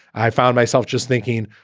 i found myself just thinking,